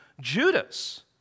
Judas